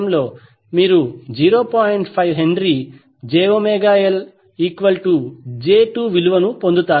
5H⇒jωLj2 విలువను పొందుతారు